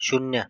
शून्य